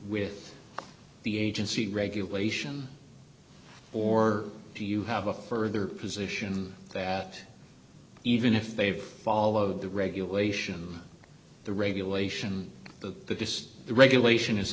with the agency regulation or do you have a further position that even if they've followed the regulation the regulation that this regulation is